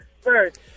first